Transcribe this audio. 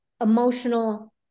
emotional